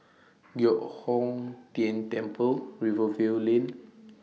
Giok Hong Tian Temple Rivervale Lane